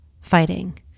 fighting